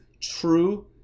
true